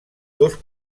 dos